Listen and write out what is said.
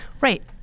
right